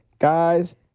Guys